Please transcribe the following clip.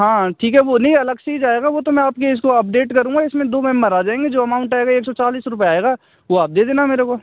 हाँ ठीक है वो नहीं अलग से ही जाएगा वो तो मैं आपके इसको अपडेट करूँगा इसमें दो मेम्बर आ जाएँगे जो अमाउन्ट आएगा एक सौ चालीस रुपए आएगा वो आप दे देना मेरे को